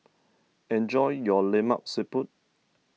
enjoy your Lemak Siput